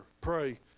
pray